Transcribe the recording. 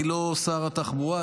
אני לא שר התחבורה,